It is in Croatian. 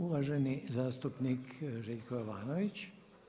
Uvaženi zastupnik Željko Jovanović.